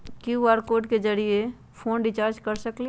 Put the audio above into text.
QR code के जरिय phone recharge कर सकली ह?